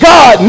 God